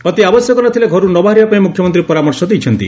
ଅତି ଆବଶ୍ୟକ ନଥିଲେ ଘରୁ ନବାହାରିବା ପାଇଁ ମୁଖ୍ୟମନ୍ତ୍ରୀ ପରାମର୍ଶ ଦେଇଛନ୍ତି